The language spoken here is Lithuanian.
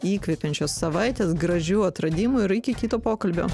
įkvepiančios savaitės gražių atradimų ir iki kito pokalbio